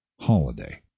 holiday